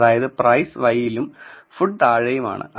അതായത് price y യിലും food താഴെയും ആണ്